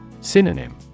Synonym